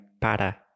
para